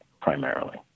primarily